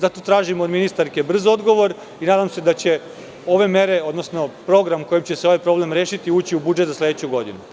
Zato tražim od ministarke brz odgovor i nadam se da će ove mere, odnosno program kojim će se ovaj problem rešiti, ući u budžet za sledeću godinu.